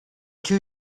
two